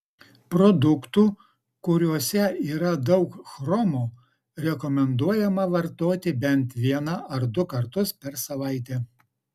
produktų kuriuose yra daug chromo rekomenduojama vartoti bent vieną ar du kartus per savaitę